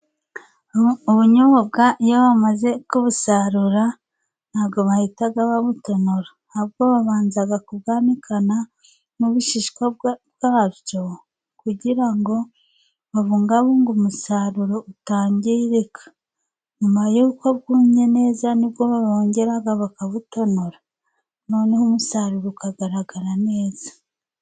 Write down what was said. Ubunyobwa iyo bamaze kubusarura ntabwo bahita babutonora, ahubwo babanza kubwanikana n'ibishishwa byabwo kugira ngo babungabunge umusaruro utangirika. Nyuma y'uko bwumye neza ni bwo bongera bakabutonora , noneho umusaruro ukagaragara neza.